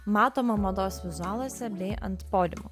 matomą mados vizualuose bei ant podiumo